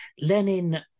lenin